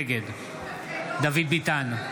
נגד דוד ביטן,